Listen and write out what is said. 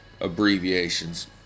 abbreviations